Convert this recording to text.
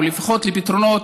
או לפחות לפתרונות,